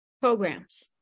programs